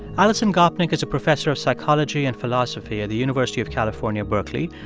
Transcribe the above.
alison gopnik is a professor of psychology and philosophy at the university of california, berkeley.